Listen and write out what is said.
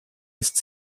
ist